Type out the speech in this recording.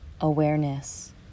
awareness